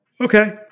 okay